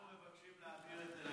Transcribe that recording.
אנחנו מבקשים להעביר את זה לוועדה.